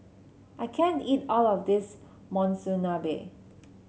I can't eat all of this Monsunabe